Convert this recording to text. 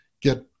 get